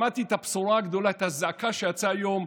שמעתי את הבשורה הגדולה, את הזעקה שיצאה היום: